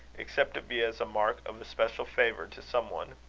except it be as a mark of especial favour to some one.